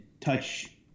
touch